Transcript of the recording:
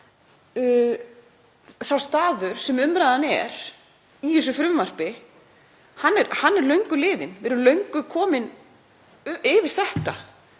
sá staður sem umræðan er um í þessu frumvarpi er löngu liðinn. Við erum löngu komin yfir þetta.